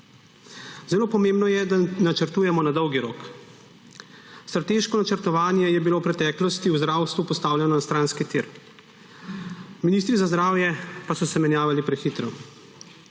Zelo pomembno je, da načrtujemo na dolgi rok. Strateško načrtovanje je bilo v preteklosti v zdravstvu postavljeno na stranski tir, ministri za zdravje pa so se menjavali prehitro.